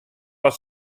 dat